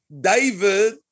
David